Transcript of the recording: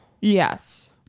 yes